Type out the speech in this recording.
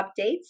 updates